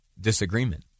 disagreement